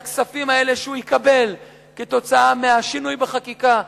שהכספים האלה שהוא יקבל כתוצאה מהשינוי בחקיקה,